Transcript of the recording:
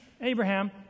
Abraham